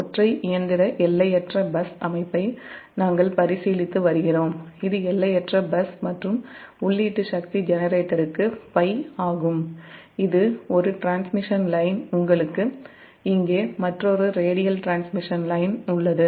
ஒற்றை இயந்திர எல்லையற்ற பஸ் அமைப்பை நாங்கள் பரிசீலித்து வருகிறோம் இது எல்லையற்ற பஸ் மற்றும் உள்ளீட்டு சக்தி ஜெனரேட்டருக்கு Pi ஆகும் இது ஒரு டிரான்ஸ்மிஷன் லைன் உங்களுக்கு இங்கே மற்றொரு ரேடியல் டிரான்ஸ்மிஷன் லைன் உள்ளது